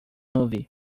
movie